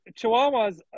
chihuahuas